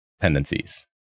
tendencies